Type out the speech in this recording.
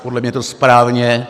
Podle mě je to správně.